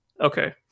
Okay